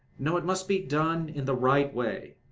no, it must be done in the right way.